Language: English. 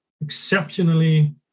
exceptionally